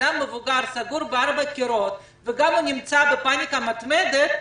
מבוגר סגור בין ארבעה קירות וגם נמצא בפניקה מתמדת,